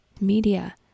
Media